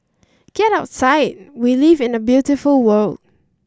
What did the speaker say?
get outside we live in a beautiful world